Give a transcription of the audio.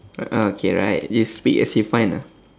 uh okay right you speak as you find a